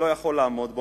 שלא יכול לעמוד בה,